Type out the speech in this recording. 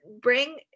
bring